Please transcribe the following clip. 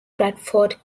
bradford